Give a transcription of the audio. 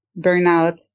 burnout